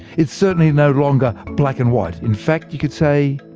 it's certainly no longer black and white. in fact you could say,